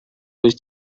wyt